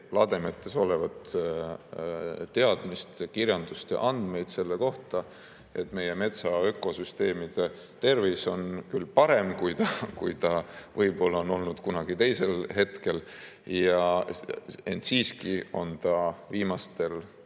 lademetes olevat teadmist, kirjandust ja andmeid selle kohta, et meie metsa ökosüsteemi tervis on küll parem, kui ta võib-olla on olnud mõnel teisel hetkel, ent siiski on ta viimastel